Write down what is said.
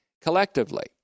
collectively